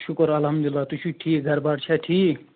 شُکُر الحمدللہ تُہۍ چھِو ٹھیٖک گرٕ بار چھا ٹھیٖک